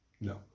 No